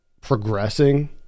progressing